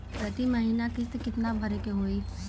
प्रति महीना किस्त कितना भरे के होई?